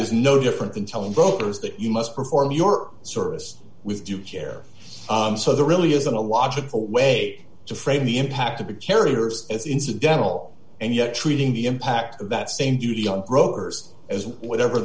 is no different than telling voters that you must perform your service with due care so there really isn't a logical way to frame the impact of a carrier as incidental and yet treating the impact that same duty on brokers as whatever